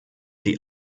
die